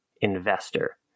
investor